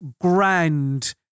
grand